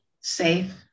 safe